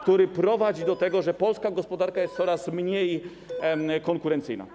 który prowadzi do tego, że Polska gospodarka jest coraz mniej konkurencyjna.